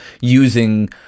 using